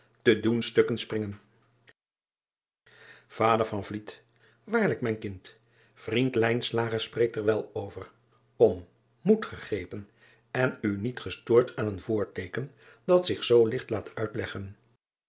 te doen stukken springen ader aarlijk mijn kind vriend spreekt er wel over om moed gegrepen en u niet gestoord aan een voorteeken dat driaan oosjes zn et leven van aurits ijnslager zich zoo ligt laat uitleggen